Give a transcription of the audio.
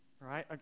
right